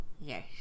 Yes